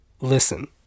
listen